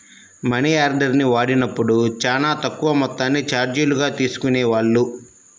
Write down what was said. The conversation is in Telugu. మనియార్డర్ని వాడినప్పుడు చానా తక్కువ మొత్తాన్ని చార్జీలుగా తీసుకునేవాళ్ళు